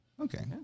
Okay